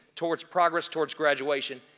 towards progress, towards graduation.